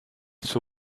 suo